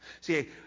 See